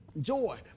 joy